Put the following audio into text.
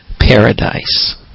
paradise